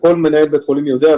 וכל מנהל בית חולים יודע,